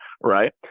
right